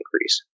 increase